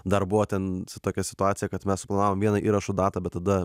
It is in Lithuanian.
dar buvo ten tokia situacija kad mes suplanavom vieną įrašų datą bet tada